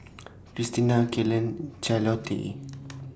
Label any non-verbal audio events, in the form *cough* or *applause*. Krystina Kelan Charlottie *noise*